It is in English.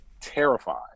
terrified